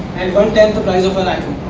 at one tenth the price of an iphone